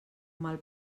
mal